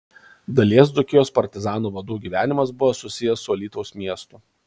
dalies dzūkijos partizanų vadų gyvenimas buvo susijęs su alytaus miestu